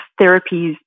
therapies